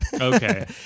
Okay